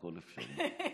הכול אפשרי.